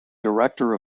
director